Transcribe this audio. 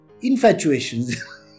infatuations